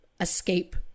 escape